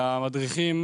למדריכים